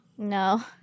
No